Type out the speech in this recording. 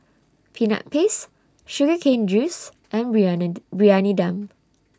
Peanut Paste Sugar Cane Juice and Briyani Briyani Dum